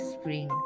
spring